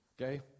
Okay